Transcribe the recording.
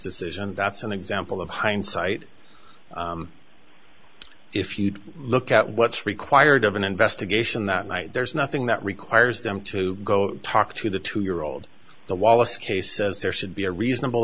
decision that's an example of hindsight if you look at what's required of an investigation that night there's nothing that requires them to go talk to the two year old the wallace case says there should be a reasonable